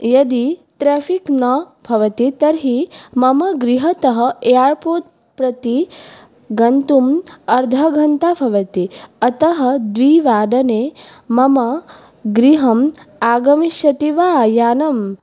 यदि त्रेफ़िक् न भवति तर्हि मम गृहतः एयारपोत् प्रति गन्तुम् अर्धघण्टा भवति अतः द्विवादने मम गृहम् आगमिष्यति वा यानं